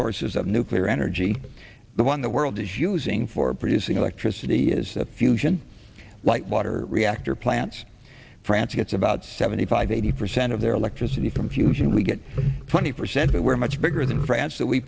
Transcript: sources of nuclear energy the one the world is using for producing electricity is a fusion of light water reactor plants france gets about seventy five eighty percent of their electricity from fusion we get twenty percent but we're much bigger than f